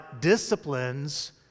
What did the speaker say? disciplines